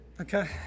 okay